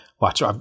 Watch